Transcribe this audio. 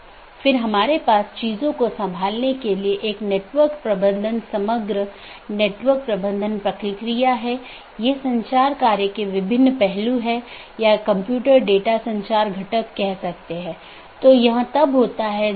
वोह AS जो कि पारगमन ट्रैफिक के प्रकारों पर नीति प्रतिबंध लगाता है पारगमन ट्रैफिक को जाने देता है